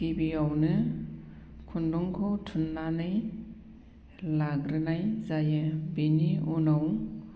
गिबियावनो खुन्दुंखौ थुननानै लाग्रोनाय जायो बेनि उनाव